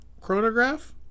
Chronograph